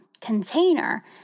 container